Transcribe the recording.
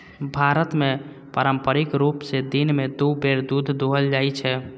भारत मे पारंपरिक रूप सं दिन मे दू बेर दूध दुहल जाइ छै